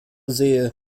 sehe